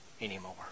anymore